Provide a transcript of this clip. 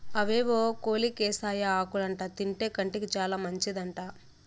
అవేవో కోలోకేసియా ఆకులంట తింటే కంటికి చాలా మంచిదంట